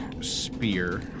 spear